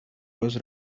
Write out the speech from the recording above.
was